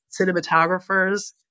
cinematographers